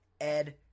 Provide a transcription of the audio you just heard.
Ed